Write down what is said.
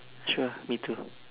sure me too